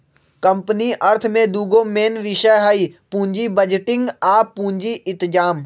company अर्थ में दूगो मेन विषय हइ पुजी बजटिंग आ पूजी इतजाम